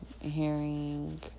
hearing